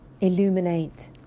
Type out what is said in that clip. Illuminate